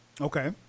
Okay